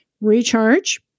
recharge